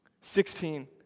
Sixteen